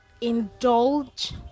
indulge